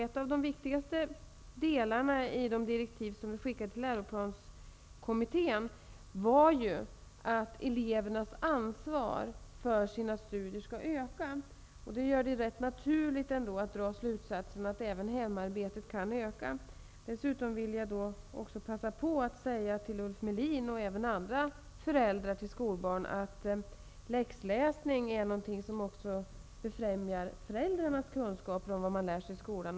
En av de viktigaste delarna i de direktiv som skickats till läroplanskommittén var att elevernas ansvar för sina studier skall öka. Det gör det rätt naturligt att dra slutsatsen att även hemarbetet kan öka. Dessutom vill jag passa på att till Ulf Melin och även andra föräldrar till skolbarn säga, att läxläsning är något som också befrämjar föräldrarnas kunskaper om vad barnen lär sig i skolan.